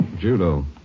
Judo